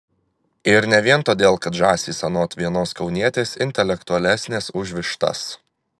ir ne vien todėl kad žąsys anot vienos kaunietės intelektualesnės už vištas